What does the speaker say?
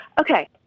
okay